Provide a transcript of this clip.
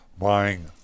buying